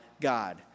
God